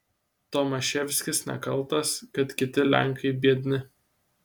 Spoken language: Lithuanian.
tomaševskis nekaltas kad kiti lenkai biedni